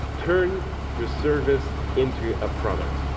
turn your service into a product.